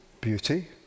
beauty